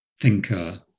thinker